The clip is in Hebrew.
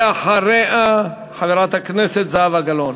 ואחריה, חברת הכנסת זהבה גלאון.